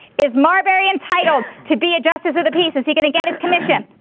is marbury entitled to be a justice of the peace? is he going to get his commission?